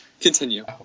Continue